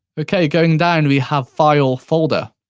okay, going down, we have file folder.